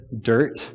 dirt